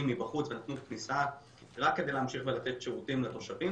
מבחוץ ונתנו כניסה רק כדי להמשיך ולתת שירותים לתושבים.